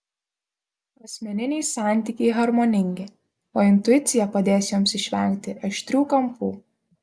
asmeniniai santykiai harmoningi o intuicija padės jums išvengti aštrių kampų